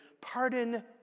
Pardon